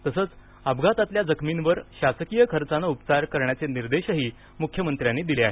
तसंच अपघातातल्या जखमींवर शासकीय खर्चाने उपचार करण्याचे निर्देशही मुख्यमंत्र्यांनी दिले आहेत